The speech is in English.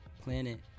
planet